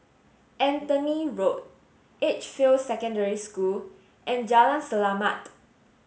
Anthony Road Edgefield Secondary School and Jalan Selamat